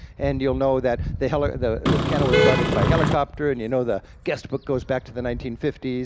and you'll know that the heli the the piano was brought in by helicopter, and you know the guest book goes back to the nineteen fifty s,